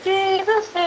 Jesus